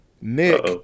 Nick